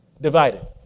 Divided